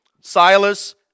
Silas